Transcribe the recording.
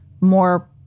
more